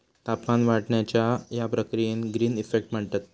तापमान वाढण्याच्या या प्रक्रियेक ग्रीन इफेक्ट म्हणतत